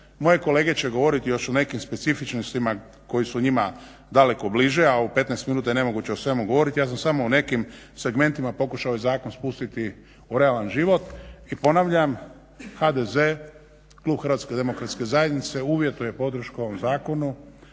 Moje kolege će govoriti još o nekim specifičnostima koje su njima daleko bliže, a u 15 minuta je nemoguće o svemu govoriti. Ja sam samo o nekim segmentima pokušao ovaj zakon spustiti u realan život. I ponavljam, klub HDZ-a uvjetuje podršku ovom zakonu